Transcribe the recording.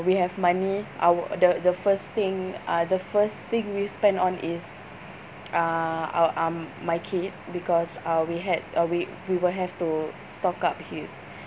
we have money our the the first thing uh the first thing we spend on is uh our um my kid because uh we had uh we we will have to stock up his